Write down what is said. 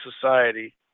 society